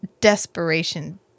desperation